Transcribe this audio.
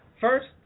First